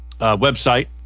website